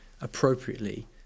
appropriately